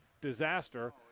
disaster